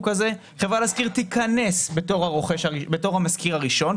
שחברה להשכיר תיכנס בתור המשכיר הראשון,